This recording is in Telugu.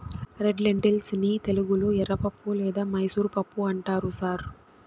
రెడ్ లెన్టిల్స్ ని తెలుగులో ఎర్రపప్పు లేదా మైసూర్ పప్పు అంటారు సార్